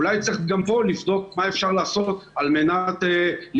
אולי צריך גם פה לבדוק מה אפשר לעשות על מנת לייצר